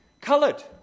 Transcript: coloured